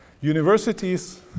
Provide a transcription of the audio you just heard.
Universities